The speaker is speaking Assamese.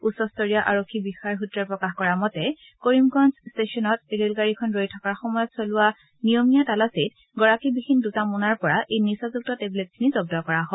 উচ্চস্তৰীয় আৰক্ষী বিষয়াৰ সূত্ৰই প্ৰকাশ কৰা মতে কৰিমগঞ্জ ট্টেছনত ৰেলগাড়ীখন ৰৈ থকাৰ সময়ত চলোৱা নিয়মীয়া তালাচীত গৰাকীবিহীন দুটা মোনাৰ পৰা এই নিচাযুক্ত টেবলেটখিনি জব্দ কৰা হয়